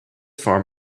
farm